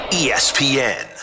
espn